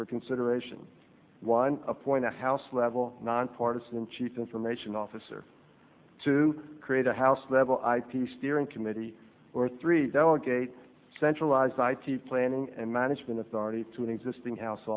for consideration one appoint a house level nonpartisan in chief information officer to create a house level ip steering committee or three delegate centralized citee planning and management authority to an existing house